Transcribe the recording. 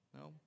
No